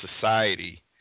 society